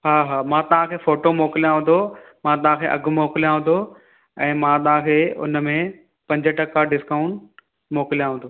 हा हा मां तव्हां खे फ़ोटो मोकिलयांव थो ऐं मां तव्हां खे अघु मोकिलियांव थो ऐं मां तव्हां खे उन में पंज टका डिस्काउन्ट मोकिलयांव थो